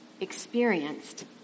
experienced